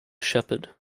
shepherd